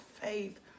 faith